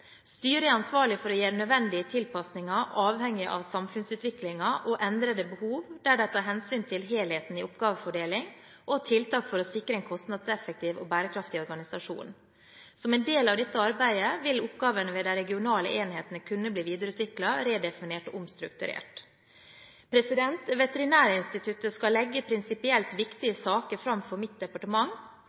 Styret er ansvarlig for å gjøre nødvendige tilpasninger avhengig av samfunnsutviklingen og endrede behov der de tar hensyn til helheten i oppgavefordeling og tiltak for å sikre en kostnadseffektiv og bærekraftig organisasjon. Som en del av dette arbeidet vil oppgavene ved de regionale enhetene kunne bli videreutviklet, redefinert og omstrukturert. Veterinærinstituttet skal legge prinsipielt viktige saker fram for mitt departement.